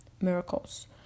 Miracles